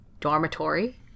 dormitory